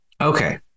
Okay